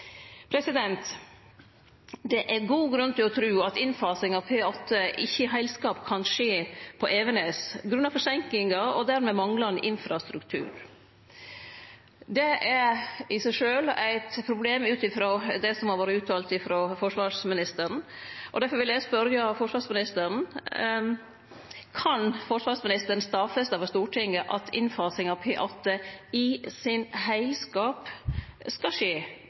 Det er god grunn til å tru at innfasing av P8 ikkje i sin heilskap kan skje på Evenes, grunna forseinkingar og dermed manglande infrastruktur. Det er i seg sjølv eit problem ut frå det som har vore uttalt frå forsvarsministeren. Difor vil eg spørje forsvarsministeren: Kan forsvarsministeren stadfeste overfor Stortinget at innfasing av P8 i sin heilskap skal skje